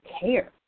care